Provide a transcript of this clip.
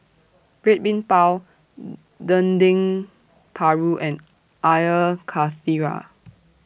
Red Bean Bao Dendeng Paru and Air Karthira